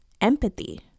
empathy